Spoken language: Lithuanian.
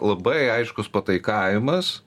labai aiškus pataikavimas